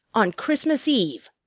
on christmas eve!